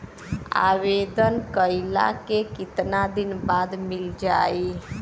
आवेदन कइला के कितना दिन बाद मिल जाई?